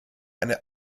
eine